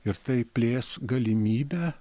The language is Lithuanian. ir tai plės galimybę